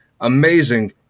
amazing